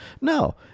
No